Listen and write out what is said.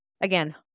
again